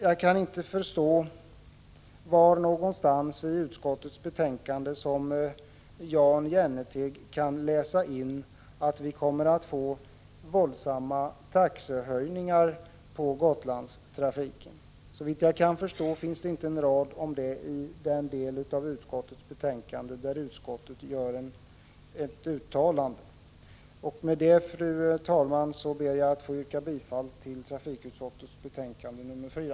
Jag kan inte förstå var någonstans i utskottets betänkande som Jan Jennehag kan läsa in att vi kommer att få våldsamma taxehöjningar inom Gotlandstrafiken. Såvitt jag kan förstå står det inte en rad om det i den del av utskottets betänkande där utskottet gör ett uttalande. Med detta, fru talman, ber jag att få yrka bifall till trafikutskottets hemställan i dess betänkande nr 4.